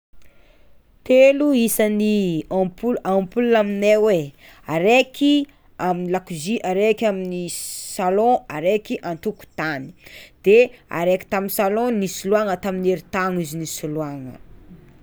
Telo isan'ny ampol- ampola aminay e, araiky amy lakozia, araiky araiky amin'ny salon, araiky an-tokotany; de araiky tamy salon nisoloagna tamin'ny eritaogno izy nisoloagna.